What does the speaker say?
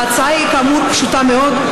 ההצעה היא כאמור פשוטה מאוד.